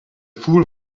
fool